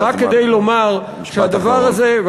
רק כדי לומר שהדבר הזה, משפט אחרון.